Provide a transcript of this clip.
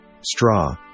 straw